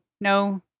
No